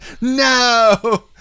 no